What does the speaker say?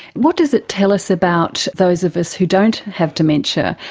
what does it tell us about those of us who don't have dementia,